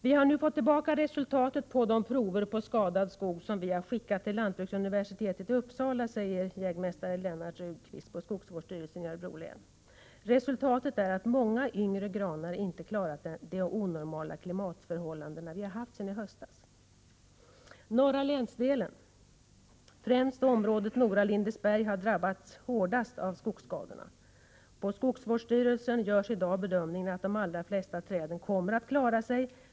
Vi har nu fått tillbaka resultatet på de prover på skadad skog som vi skickat till Lantbruksuniversitetet i Uppsala, säger jägmästare Lennart Rudqvist på skogsvårdsstyrelsen i Örebro län. Resultatet är att många yngre granar inte klarat de onormala klimatförhållandena vi haft sedan i höstas. Norra länsdelen, främst området Nora-Lindesberg, har drabbats hårdast av skogsskadorna. På skogsvårdsstyrelsen görs i dag bedömningen att de allra flesta träden kommer att klara sig.